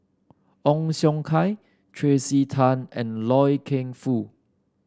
Ong Siong Kai Tracey Tan and Loy Keng Foo